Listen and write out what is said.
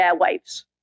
airwaves